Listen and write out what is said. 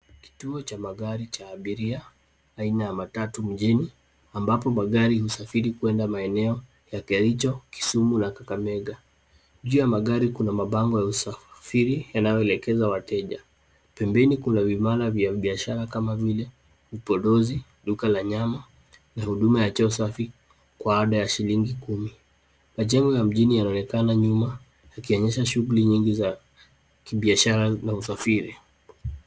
Kituo cha magari cha abiria aina ya matatu mjini ambapo magari husafiri kwenda maeneo ya kericho ,Kisumu na kakamega juu ya magari kuna mabango ya usafiri inayoelekeza wateja, pembeni kuna vibanda vya biashara kama vile upondozi, duka la nyama na huduma ya choo safi kwa ada ya shilingi kumi , majengo ya mjini yanaonekana nyuma yakionyesha shughuli nyingi za kibiashara na usafiri.